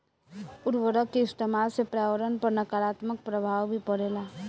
उर्वरक के इस्तमाल से पर्यावरण पर नकारात्मक प्रभाव भी पड़ेला